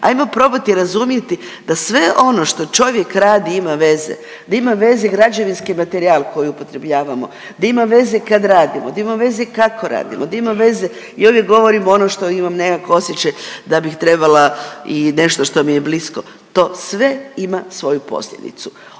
Ajmo probati razumjeti da sve ono što čovjek radi ima veze. Da ima veze građevinski materijal koji upotrebljavamo, da ima veze kad radimo, da ima veze kako radimo, da ima veze i uvijek govorim ono što imam nekako osjećaj da bih trebala i nešto što mi je blisko, to sve ima svoju posljedicu.